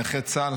נכה צה"ל,